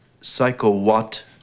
Psycho-what